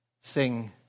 sing